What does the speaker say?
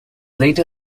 later